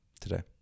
today